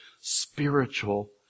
spiritual